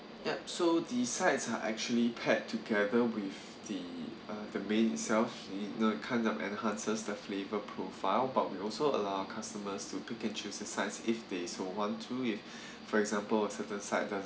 yup so the sides are actually pack together with the uh the main itself I mean it kind of enhances the flavor profile but we also allow our customers to pick and choose the size if there's for one two if for example a certain side lah